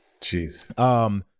Jeez